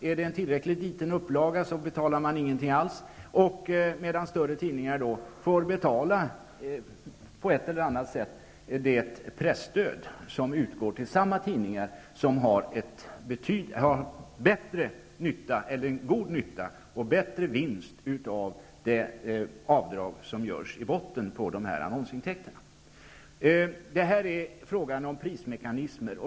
Är upplagan tillräckligt liten betalar tidningen ingenting alls, medan större tidningar får betala, på ett eller annat sätt, det presstöd som utgår till samma tidningar som har god nytta och bättre vinst av det avdrag som kan göras i botten på annonsintäkterna. Det är här fråga om prismekanismer.